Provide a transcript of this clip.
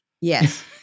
Yes